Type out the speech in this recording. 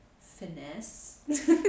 finesse